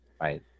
right